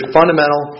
fundamental